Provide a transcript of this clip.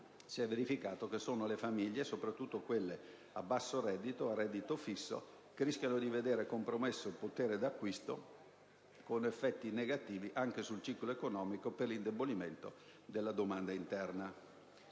dei prezzi sono le famiglie, soprattutto quelle a basso reddito e a reddito fisso, le quali rischiano di vedere compromesso il potere di acquisto, con effetti negativi anche sul ciclo economico per l'indebolimento della domanda interna.